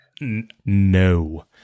No